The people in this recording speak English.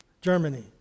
Germany